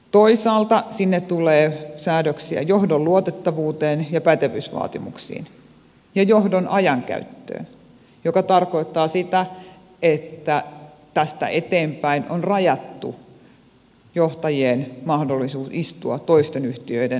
toisaalta sinne tulee säädöksiä johdon luotettavuuteen ja pätevyysvaatimuksiin ja johdon ajankäyttöön mikä tarkoittaa sitä että tästä eteenpäin on rajattu johtajien mahdollisuus istua toisten yhtiöiden hallituksissa määrättömästi